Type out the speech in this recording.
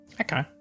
Okay